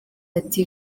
ati